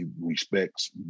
respects